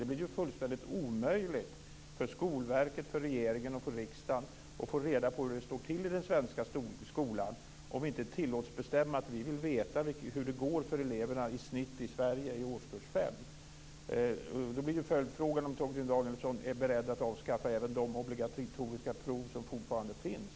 Det blir ju fullständigt omöjligt för Skolverket, regeringen och riksdagen att få reda på hur det står till i den svenska skolan om vi inte tillåts bestämma att vi vill veta hur det går för eleverna i snitt i Sverige i årskurs fem. Då blir följdfrågan om Torgny Danielsson är beredd att avskaffa även de obligatoriska prov som fortfarande finns.